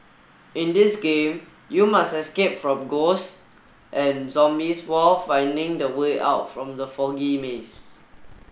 in this game you must escape from ghosts and zombies while finding the way out from the foggy maze